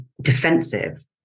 defensive